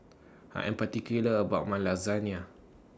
I Am particular about My Lasagne